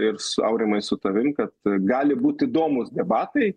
ir su aurimai su tavim kad gali būti įdomūs debatai